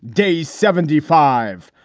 day seventy five.